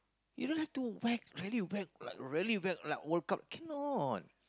you know just too wreck really wreck like very wreck like work out cannot